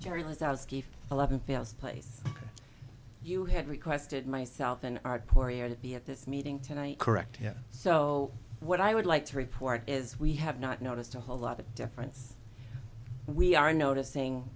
jerry was eleven feels place you had requested myself in our poor area to be at this meeting tonight correct here so what i would like to report is we have not noticed a whole lot of difference we are noticing